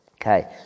Okay